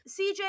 CJ